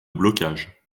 blocages